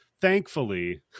thankfully